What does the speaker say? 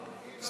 היא לא באה.